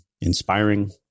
inspiring